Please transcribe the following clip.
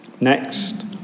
Next